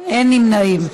אין נמנעים.